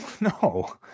No